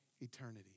eternity